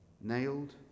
nailed